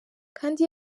kandi